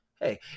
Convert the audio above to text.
Hey